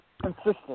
consistent